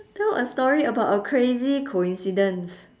tell a story about a crazy coincidence